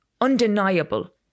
undeniable